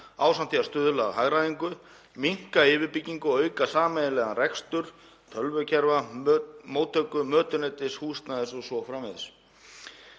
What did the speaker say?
ásamt því að stuðla að hagræðingu, minnka yfirbyggingu og auka sameiginlegan rekstur tölvukerfa, móttöku, mötuneytis, húsnæðis o.s.frv.